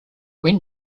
when